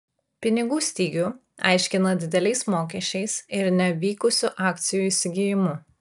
pinigų stygių aiškina dideliais mokesčiais ir nevykusiu akcijų įsigijimu